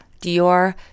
Dior